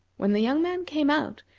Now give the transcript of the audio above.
when the young man came out,